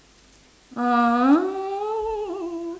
!huh!